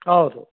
ಹೌದು